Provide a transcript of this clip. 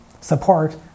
support